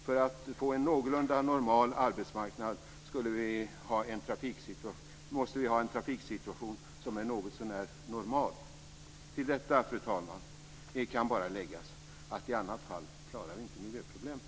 För att få en någorlunda normal arbetsmarknad måste vi ha en trafiksituation som är något så när normal." Fru talman! Jag kan bara tillägga att vi i annat fall inte klarar miljöproblemen.